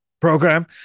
program